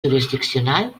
jurisdiccional